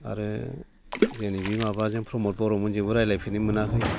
आरो जोंनि बे माबाजों प्रमद बर'मोनजोंबो रायज्लायफेरनो मोनाखै